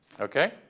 Okay